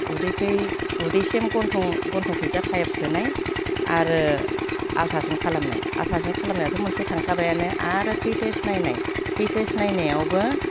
उदैसिम गन्थं गन्थंखैजा पाइप सोनाय आरो आल्ट्रासाउन्ड खालामनाय आल्ट्रासाउन्ड खालामनायाथ' मोनसे थांखाबायानो आरो थै टेस्ट नायनाय थै टेस्ट नायनायावबो